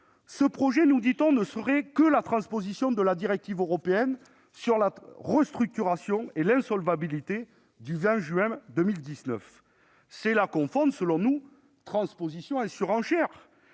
Ce projet, nous dit-on, ne serait que la transposition de la directive européenne sur la restructuration et l'insolvabilité du 20 juin 2019. C'est là confondre, selon nous, transposition et surenchère,